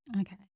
Okay